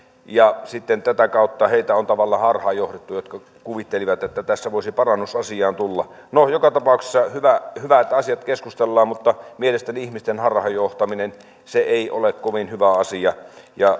ja sitten tätä kautta heitä on tavallaan harhaan johdettu jotka kuvittelivat että tässä voisi parannus asiaan tulla no joka tapauksessa hyvä että asiat keskustellaan mutta mielestäni ihmisten harhaan johtaminen ei ole kovin hyvä asia